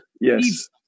yes